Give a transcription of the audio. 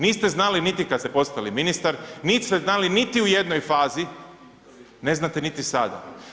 Niste znali niti kad ste postali ministar, nit ste znali niti u jednoj fazi, ne znate niti sada.